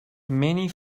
many